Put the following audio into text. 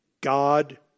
God